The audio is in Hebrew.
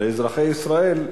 לאזרחי ישראל,